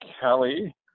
Kelly